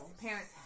parents